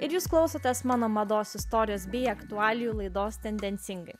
ir jūs klausotės mano mados istorijos bei aktualijų laidos tendencingai